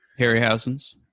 Harryhausen's